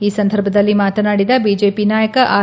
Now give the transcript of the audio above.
ಈ ಸಂದರ್ಭದಲ್ಲಿ ಮಾತನಾಡಿದ ಬಿಜೆಪಿ ನಾಯಕ ಆರ್